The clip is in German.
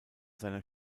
seiner